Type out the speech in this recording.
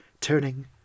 turning